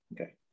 okay